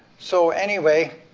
so, anyway,